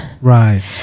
Right